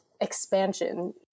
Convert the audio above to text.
expansion